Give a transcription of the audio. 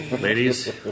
ladies